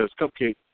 Cupcake